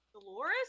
Dolores